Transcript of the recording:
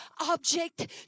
object